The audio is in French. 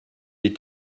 est